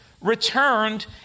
returned